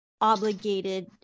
obligated